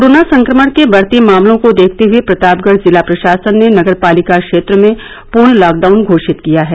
corona संक्रमण के बढ़ते मामलों को देखते हए प्रतापगढ़ जिला प्रशासन ने नगरपालिका क्षेत्र में पूर्ण लॉकडाउन घोषित किया है